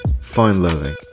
fun-loving